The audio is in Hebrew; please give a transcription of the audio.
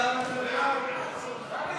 סעיפים